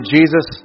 Jesus